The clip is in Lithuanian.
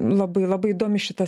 labai labai įdomi šita